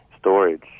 storage